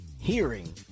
hearing